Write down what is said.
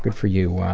and for you,